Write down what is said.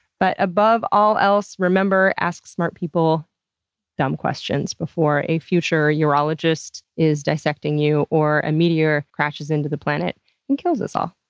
but above all else remember, ask smart people dumb questions before a future urologist is dissecting you or a meteor crashes into the planet and kills us all.